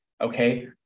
okay